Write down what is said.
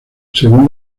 según